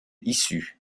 issue